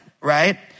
Right